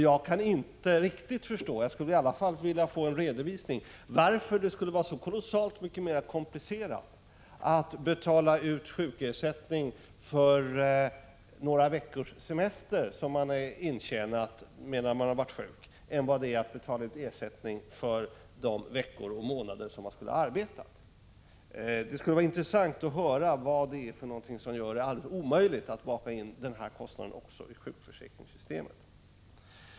Jag kan inte riktigt förstå — i alla fall skulle jag vilja få en redovisning — varför det skulle vara så kolossalt mycket mera komplicerat att betala sjukersättning för några veckors semester som man har intjänat medan man varit sjuk än att betala ut ersättning för de veckor eller månader då man skulle ha arbetat. Det skulle vara intressant att höra vad det är som gör det omöjligt att baka in även den kostnaden i sjukförsäkringssystemet.